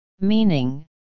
Meaning